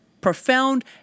Profound